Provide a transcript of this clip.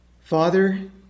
Father